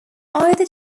either